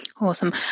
Awesome